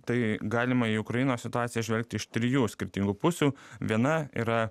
tai galima į ukrainos situaciją žvelgti iš trijų skirtingų pusių viena yra